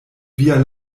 via